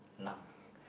lung